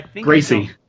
Gracie